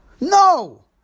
No